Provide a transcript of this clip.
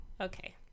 Okay